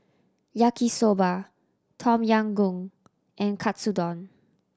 Yaki Soba Tom Yam Goong and Katsudon